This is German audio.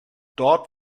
dort